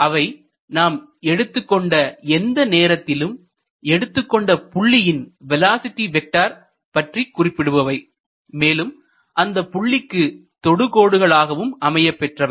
அவை நாம் எடுத்துக்கொண்ட எந்த நேரத்திலும் எடுத்துக்கொண்ட புள்ளியின் வேலோஸிட்டி வெக்டர் பற்றி குறிப்பிடுபவை மேலும் அந்தப் புள்ளிக்கு தொடுகோடுகள் ஆகவும் அமையப் பெற்றவை